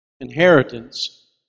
inheritance